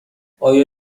آیا